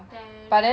then